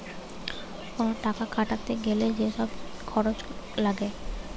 কোন টাকা খাটাতে গ্যালে যে সব খরচ লাগে